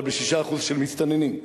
אבל ב-6% של מסתננים.